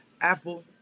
Apple